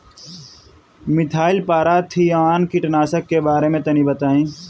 Methyl parathion कीटनाशक के बारे में तनि बताई?